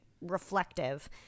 reflective